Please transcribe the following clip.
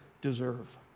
deserve